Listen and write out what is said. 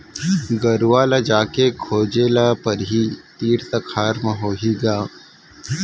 गरूवा ल जाके खोजे ल परही, तीर तखार म होही ग